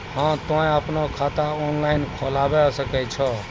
हाँ तोय आपनो खाता ऑनलाइन खोलावे सकै छौ?